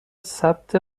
ثبت